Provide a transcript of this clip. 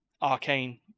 Arcane